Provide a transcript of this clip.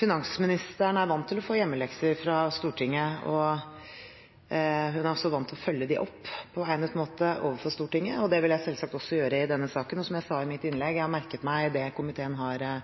Finansministeren er vant til å få hjemmelekser fra Stortinget. Hun er også vant til å følge dem opp på egnet måte overfor Stortinget, og det vil jeg selvsagt også gjøre i denne saken. Og som jeg sa i mitt innlegg, har jeg merket meg det komiteen har